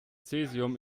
cäsium